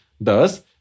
Thus